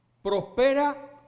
Prospera